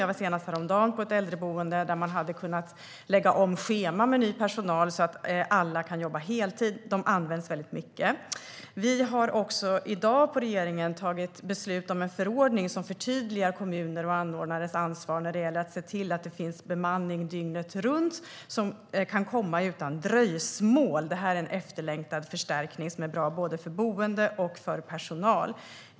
Jag var senast häromdagen på ett äldreboende där man hade kunnat lägga om scheman med ny personal så att alla kan jobba heltid. De används väldigt mycket. Vi har också i dag i regeringen tagit beslut om en förordning som förtydligar kommuners och anordnares ansvar när det gäller att se till att det finns bemanning dygnet runt som kan komma utan dröjsmål. Detta är en efterlängtad förstärkning som är bra både för boende och för personal.